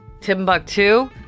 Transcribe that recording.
Timbuktu